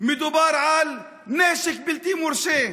מדובר על נשק בלתי מורשה.